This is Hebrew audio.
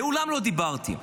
מעולם לא דיברתי.